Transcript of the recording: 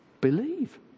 Believe